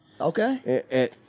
Okay